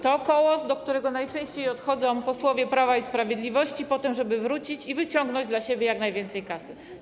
To koło, do którego najczęściej odchodzą posłowie Prawa i Sprawiedliwości, żeby potem wrócić i wyciągnąć dla siebie jak najwięcej kasy.